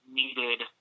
needed